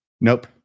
Nope